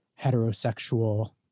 heterosexual